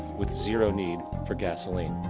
with zero need for gasoline.